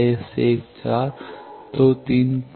S13 S1 4